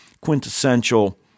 quintessential